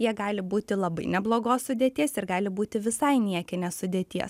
jie gali būti labai neblogos sudėties ir gali būti visai niekinės sudėties